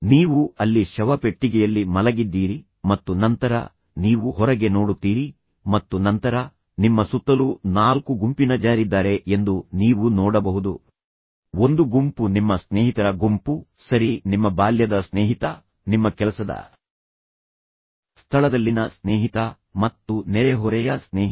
ನೀವು ಅಲ್ಲಿ ಶವಪೆಟ್ಟಿಗೆಯಲ್ಲಿ ಮಲಗಿದ್ದೀರಿ ಮತ್ತು ನಂತರ ನೀವು ಹೊರಗೆ ನೋಡುತ್ತೀರಿ ಮತ್ತು ನಂತರ ನಿಮ್ಮ ಸುತ್ತಲೂ ನಾಲ್ಕು ಗುಂಪಿನ ಜನರಿದ್ದಾರೆ ಎಂದು ನೀವು ನೋಡಬಹುದು ಒಂದು ಗುಂಪು ನಿಮ್ಮ ಸ್ನೇಹಿತರ ಗುಂಪು ಸರಿ ನಿಮ್ಮ ಬಾಲ್ಯದ ಸ್ನೇಹಿತ ನಿಮ್ಮ ಕೆಲಸದ ಸ್ಥಳದಲ್ಲಿನ ಸ್ನೇಹಿತ ಮತ್ತು ನಂತರ ನಿಮ್ಮ ನೆರೆಹೊರೆಯ ಸ್ನೇಹಿತ